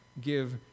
give